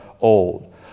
old